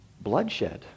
bloodshed